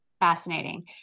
Fascinating